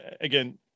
again